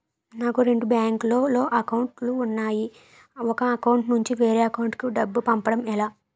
నాకు రెండు బ్యాంక్ లో లో అకౌంట్ లు ఉన్నాయి ఒక అకౌంట్ నుంచి వేరే అకౌంట్ కు డబ్బు పంపడం ఎలా?